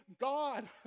God